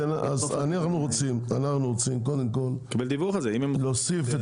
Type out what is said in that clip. אז אנחנו רוצים קודם כל להוסיף את